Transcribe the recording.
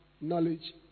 Knowledge